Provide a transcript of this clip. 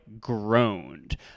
groaned